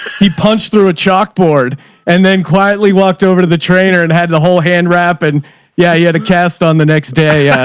he punched through a chalkboard and then quietly walked over to the trainer and had in the whole hand wrap. and yeah, he had a cast on the next day.